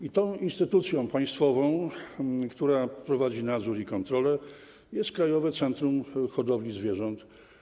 Instytucją państwową, która prowadzi nadzór i kontrolę, jest Krajowe Centrum Hodowli Zwierząt.